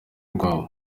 rwabo